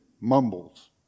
mumbles